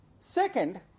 Second